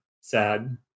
sad